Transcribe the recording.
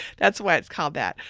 that's why it's called that.